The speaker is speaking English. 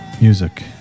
Music